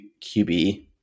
QB